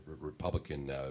Republican